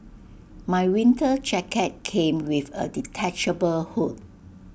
my winter jacket came with A detachable hood